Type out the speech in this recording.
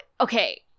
okay